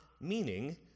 Meaning